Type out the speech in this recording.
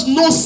no